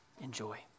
enjoy